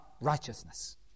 righteousness